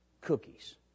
cookies